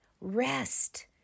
rest